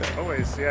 always. yeah